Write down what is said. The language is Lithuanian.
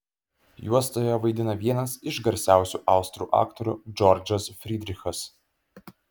juostoje vaidina vienas iš garsiausių austrų aktorių džordžas frydrichas